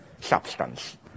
substance